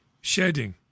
Shedding